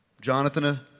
Jonathan